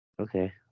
okay